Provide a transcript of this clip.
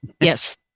yes